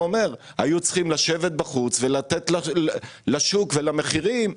היו צריכים לשבת בחוץ ולתת לשוק ולמחירים,